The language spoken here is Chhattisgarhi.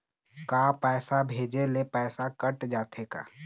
का पैसा भेजे ले पैसा कट जाथे का?